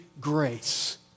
grace